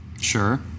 Sure